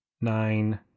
nine